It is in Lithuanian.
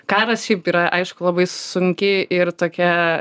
karas šiaip yra aišku labai sunki ir tokia